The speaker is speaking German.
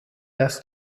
dass